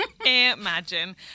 imagine